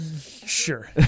Sure